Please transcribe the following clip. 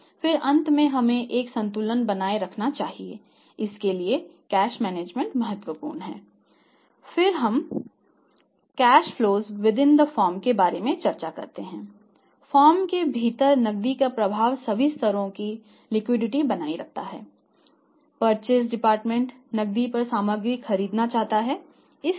फिर अंत में हमें एक संतुलन बनाए रखना चाहिए